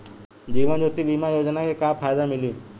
जीवन ज्योति बीमा योजना के का फायदा मिली?